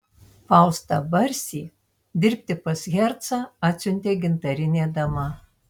faustą barsį dirbti pas hercą atsiuntė gintarinė dama